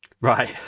Right